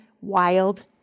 wild